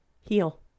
Heal